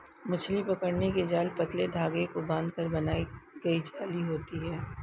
मछली पकड़ने के जाल पतले धागे को बांधकर बनाई गई जाली होती हैं